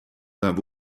that